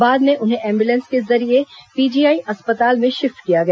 बाद में उन्हें एंब्रेलंस के जरिये पीजीआई अस्पताल में शिफ्ट किया गया